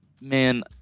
man